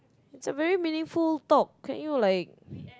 it's a very meaningful talk can you like